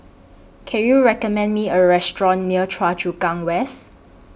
Can YOU recommend Me A Restaurant near Choa Chu Kang West